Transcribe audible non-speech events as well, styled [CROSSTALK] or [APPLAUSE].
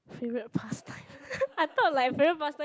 favourite pastime [LAUGHS] I thought like favourite pastime